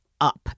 up